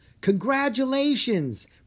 Congratulations